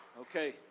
Okay